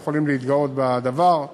ואנחנו יכולים להתגאות בדבר.